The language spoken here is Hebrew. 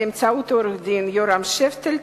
באמצעות עורך-הדין יורם שפטל,